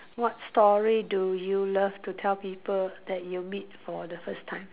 what story do you love to tell people that you meet for the first time